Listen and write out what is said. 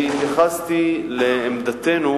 אני התייחסתי לעמדתנו